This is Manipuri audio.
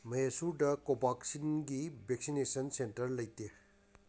ꯃꯦꯍꯦꯁꯨꯔꯗ ꯀꯣꯚꯥꯛꯁꯤꯟꯒꯤ ꯚꯦꯛꯁꯤꯟꯅꯦꯁꯟ ꯁꯦꯟꯇꯔ ꯂꯩꯇꯦ